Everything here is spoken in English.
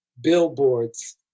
Billboard's